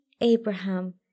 Abraham